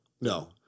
no